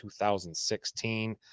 2016